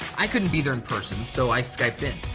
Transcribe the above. i couldn't be there in person, so i skyped in.